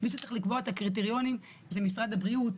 מי שצריך לקבוע את הקריטריונים זה משרד הבריאות,